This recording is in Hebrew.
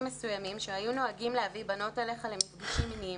מסוימים שהיו נוהגים להביא בנות אליך למפגשים מיניים,